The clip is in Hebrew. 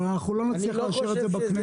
לא נצליח לאשר את זה בכנסת.